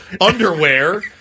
underwear